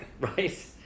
Right